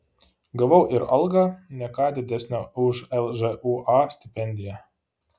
gavau ir algą ne ką didesnę už lžūa stipendiją